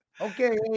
Okay